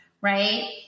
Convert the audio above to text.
right